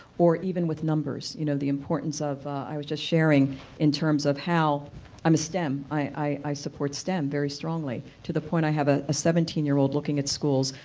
or even with numbers, you know the importance of, i was just sharing in terms of how i'm a stem, i support stem very strongly, to the point i have ah a seventeen year old looking at schools,